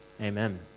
Amen